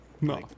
no